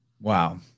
Wow